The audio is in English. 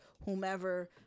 whomever